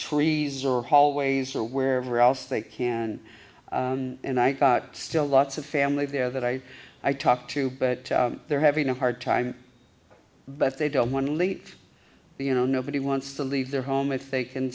trees or hallways or wherever else they can and i got still lots of family there that i i talked to but they're having a hard time but they don't want to leave the you know nobody wants to leave their home if they can